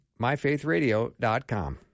myfaithradio.com